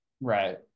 Right